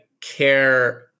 care